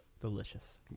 delicious